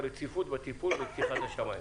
את הרציפות בטיפול בפתיחת השמיים.